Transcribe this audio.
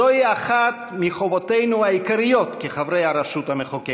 זוהי אחת מחובותינו העיקריות כחברי הרשות המחוקקת.